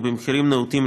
ובמחירים נאותים,